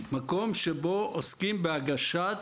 מקום שבו עוסקים בהגשת